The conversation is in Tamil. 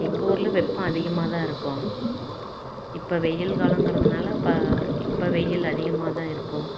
எங்கள் ஊரில் வெப்பம் அதிகமாக தான் இருக்கும் இப்போ வெயில் காலங்கிறதுனால் இப்போ இப்போ வெயில் அதிகமாக தான் இருக்கும்